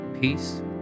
peace